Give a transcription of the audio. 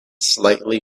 slightly